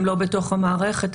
הם לא בתוך המערכת,